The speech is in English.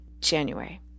January